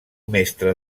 mestre